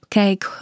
kijk